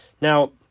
Now